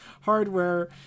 hardware